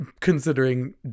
considering